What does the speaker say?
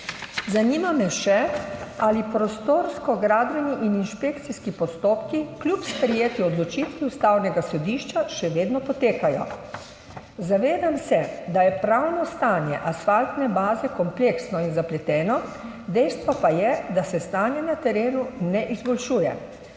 Zanima me še: Ali prostorski, gradbeni in inšpekcijski postopki kljub sprejeti odločitvi Ustavnega sodišča še vedno potekajo? Zavedam se, da je pravno stanje asfaltne baze kompleksno in zapleteno, dejstvo pa je, da se stanje na terenu ne izboljšuje.